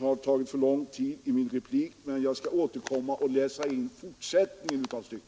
har använt för lång tid för min replik. Jag skall återkomma och läsa in fortsättningen av stycket.